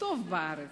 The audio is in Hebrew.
טוב בארץ,